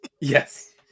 Yes